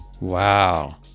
Wow